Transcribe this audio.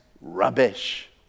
rubbish